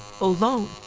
alone